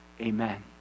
Amen